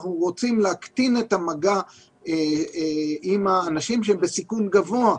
אנחנו רוצים להקטין את המגע עם האנשים שהם בסיכון גבוה,